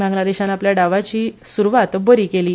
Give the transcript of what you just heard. बांगलादेशान आपल्या डावाची सूरवात बेसबरी केली